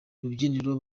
rubyiniro